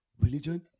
religion